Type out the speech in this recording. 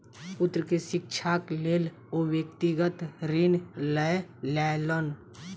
पुत्र के शिक्षाक लेल ओ व्यक्तिगत ऋण लय लेलैन